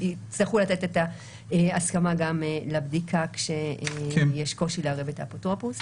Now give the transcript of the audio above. שיצטרכו לתת את ההסכמה לבדיקה כשיש קושי לערב את האפוטרופוס.